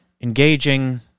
engaging